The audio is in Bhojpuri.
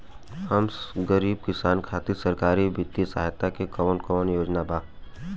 हम गरीब किसान खातिर सरकारी बितिय सहायता के कवन कवन योजना बा?